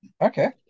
Okay